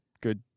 good